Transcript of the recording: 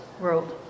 world